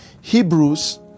Hebrews